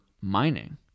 Mining